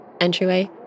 entryway